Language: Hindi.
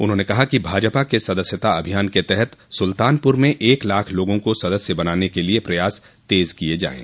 उन्होंने कहा कि भाजपा के सदस्यता अभियान के तहत सुल्तानपुर में एक लाख लोगों को सदस्य बनाने के लिए प्रयास तेज किये जायें